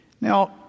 Now